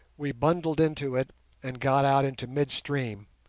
we bundled into it and got out into mid-stream,